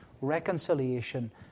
reconciliation